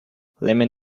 lemon